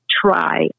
try